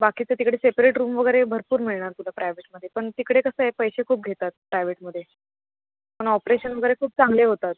बाकीचं तिकडे separate room वगैरे भरपूर मिळणार तुला प्रायवेटमध्ये पण तिकडे कसं आहे पैसे खूप घेतात प्रायवेटमध्ये पण ऑपरेशन वगैरे खूप चांगले होतात